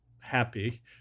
happy